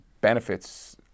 benefits